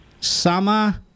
Summer